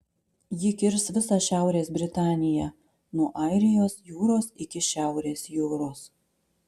ji kirs visą šiaurės britaniją nuo airijos jūros iki šiaurės jūros